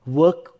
work